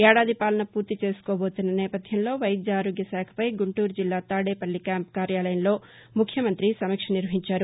ఏడాది పాలన పూర్తి చేసుకోబోతున్న నేపథ్యంలో వైద్య ఆరోగ్య శాఖపై గుంటూరు జిల్లా తాడేపల్లి క్యాంపు కార్యాలయంలో ముఖ్య మంతి సమీక్షించారు